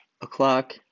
o'clock